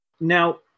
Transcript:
Now